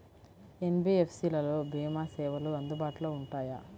NBFC లలో భీమా సేవలు అందుబాటులో ఉంటాయా?